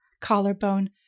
collarbone